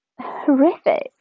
horrific